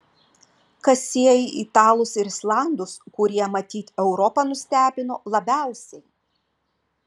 kas sieja italus ir islandus kurie matyt europą nustebino labiausiai